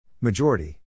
Majority